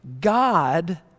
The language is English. God